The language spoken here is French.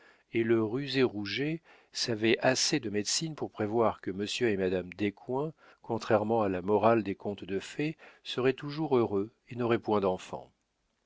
et le rusé rouget savait assez de médecine pour prévoir que monsieur et madame descoings contrairement à la morale des contes de fée seraient toujours heureux et n'auraient point d'enfants